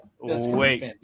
wait